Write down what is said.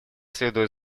следует